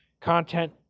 content